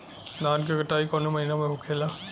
धान क कटाई कवने महीना में होखेला?